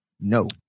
No